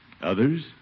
Others